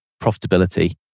profitability